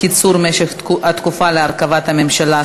קיצור משך התקופה להרכבת הממשלה),